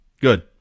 Good